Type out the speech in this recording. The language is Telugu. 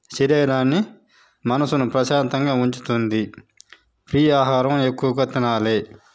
శరీరాన్ని మనసును ప్రశాంతంగా ఉంచుతుంది ఫ్రీ ఆహారం ఎక్కువగా తినాలి